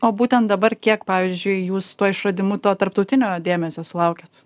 o būtent dabar kiek pavyzdžiui jūs tuo išradimu to tarptautinio dėmesio sulaukiat